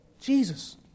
Jesus